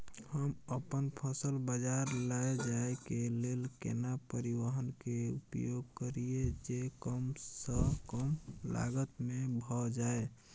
हम अपन फसल बाजार लैय जाय के लेल केना परिवहन के उपयोग करिये जे कम स कम लागत में भ जाय?